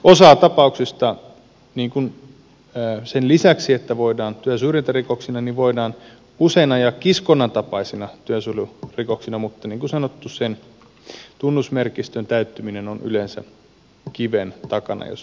osaa tapauksista sen lisäksi että niitä voidaan ajaa työsyrjintärikoksina voidaan usein ajaa kiskonnan tapaisina työsuojelurikoksina mutta niin kuin sanottu sen tunnusmerkistön täyttyminen on yleensä kiven takana jos näin voi sanoa